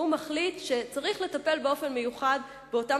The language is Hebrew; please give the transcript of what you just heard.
והוא מחליט שצריך לטפל באופן מיוחד באותם